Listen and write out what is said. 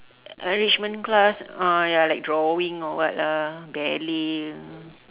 enrichment class uh ya like drawing or what lah ballet